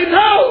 no